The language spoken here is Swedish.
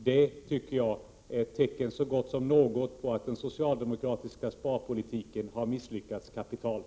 Det tycker jag är ett tecken så gott som något på att den socialdemokratiska sparpolitiken har misslyckats kapitalt.